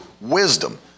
wisdom